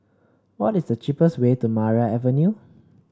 what is the cheapest way to Maria Avenue